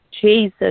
Jesus